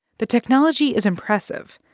the technology is impressive,